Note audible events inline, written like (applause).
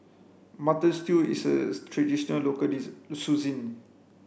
mutton stew is a traditional local (unintelligible)